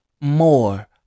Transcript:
more